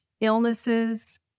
illnesses